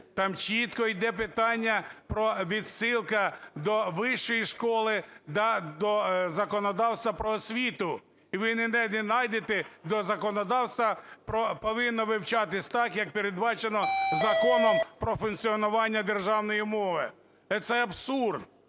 Там чітко йде питання про… відсилка до вищої школи, до законодавства про освіту. Ви не найдете до законодавства про… повинно вивчатися так, як передбачено Законом про функціонування державної мови. Це абсурд.